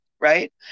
Right